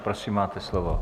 Prosím, máte slovo.